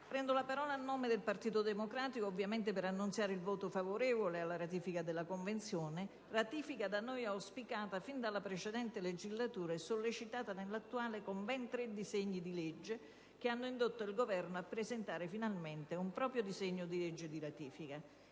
prendo la parola a nome del Partito Democratico ovviamente per annunciare il voto alla ratifica della convenzione, da noi auspicata fin dalla precedente legislatura e sollecitata nell'attuale con ben tre disegni di legge, che hanno indotto il Governo a presentare finalmente un proprio disegno di legge di ratifica.